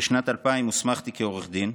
בשנת 2000 הוסמכתי כעורך דין,